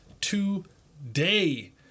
today